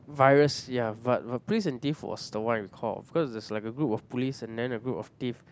virus ya but but police and thief was the one I recall because there's like a group of police and then a group of thief